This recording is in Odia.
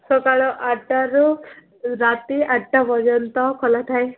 ସକାଳ ଆଠଟାରୁ ରାତି ଆଠଟା ପର୍ଯ୍ୟନ୍ତ ଖୋଲା ଥାଏ